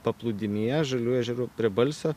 paplūdimyje žaliųjų ežerų prie balsio